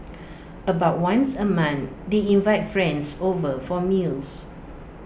about once A month they invite friends over for meals